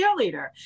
cheerleader